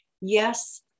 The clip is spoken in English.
Yes